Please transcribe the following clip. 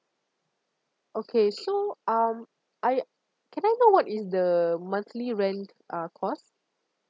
okay so um I can I know what is the monthly rent uh cost